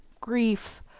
grief